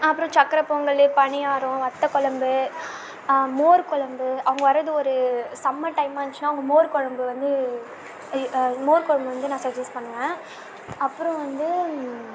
அப்புறம் சக்கரை பொங்கல் பனியாரம் வத்தக்குலம்பு மோர்கொலம்பு அவங்க வர்றது ஒரு சம்மர் டைமாக இருந்துச்சுன்னா அவங்க மோர்குலம்பு வந்து மோர்குலம்பு வந்து நான் சஜஸ்ட் பண்ணுவேன் அப்புறோம் வந்து